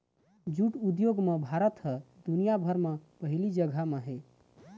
jute उद्योग म भारत ह दुनिया भर म पहिली जघा म हे